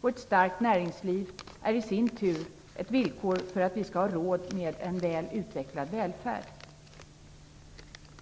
Och ett starkt näringsliv är i sin tur ett villkor för att vi skall har råd med en väl utvecklad välfärd.